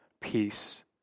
peace